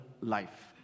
life